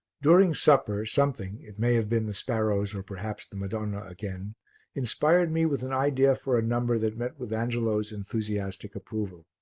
during supper, something it may have been the sparrows or, perhaps, the madonna again inspired me with an idea for a number that met with angelo's enthusiastic approval.